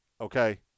okay